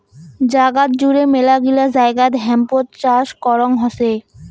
জাগাত জুড়ে মেলাগিলা জায়গাত হেম্প চাষ করং হসে